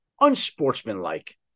unsportsmanlike